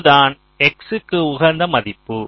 இது தான் X க்கு உகந்த மதிப்பு